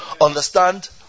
Understand